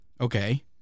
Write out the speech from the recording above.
Okay